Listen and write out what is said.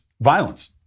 violence